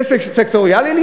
זה סקטוריאלי?